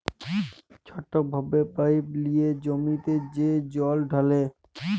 ছট ভাবে পাইপ লিঁয়ে জমিতে যে জল ঢালে